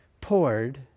poured